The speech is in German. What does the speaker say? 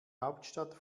hauptstadt